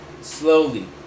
slowly